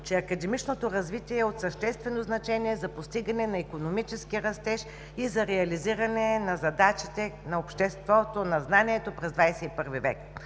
че академичното развитие е от съществено значение за постигане на икономически растеж и за реализиране на задачите на обществото, на знанието през XXI век